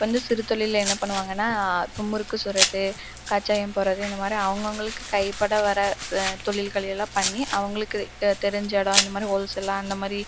இப்போ வந்து சிறு தொழில்ல என்ன பண்ணுவாங்கன்னால் இப்போ முறுக்கு சுடுறது கச்சாயம் போடுறது இந்த மாதிரி அவங்கவுங்களுக்கு கைபட வர தொழில்களெல்லாம் பண்ணி அவங்களுக்கு தெரிஞ்ச எடம் இந்த மாதிரி ஹோல்சேலாக அந்த மாதிரி